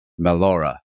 Melora